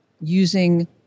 using